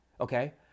okay